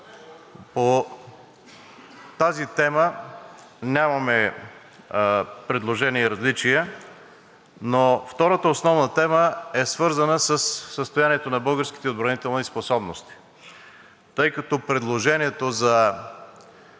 По тази тема нямаме предложения и различия. Втората основна тема е свързана със състоянието на българските отбранителни способности. Тъй като предложението за